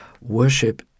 Worship